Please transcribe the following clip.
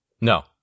No